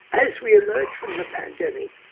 as we emerge from the pandemic,